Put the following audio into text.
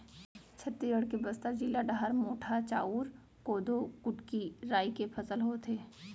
छत्तीसगढ़ के बस्तर जिला डहर मोटहा चाँउर, कोदो, कुटकी, राई के फसल होथे